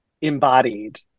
embodied